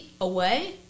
away